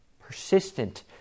Persistent